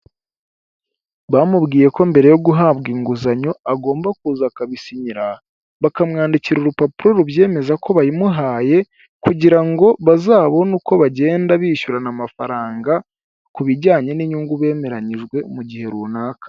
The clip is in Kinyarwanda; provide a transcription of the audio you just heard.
Bamubwiye ko mbere yo guhabwa inguzanyo agomba kuza akabisinyira, bakamwandikira urupapuro rubyemeza ko bayimuhaye kugira ngo bazabone uko bagenda bishyurana amafaranga, kubijyanye n'inyungu bemeranyijwe mu gihe runaka.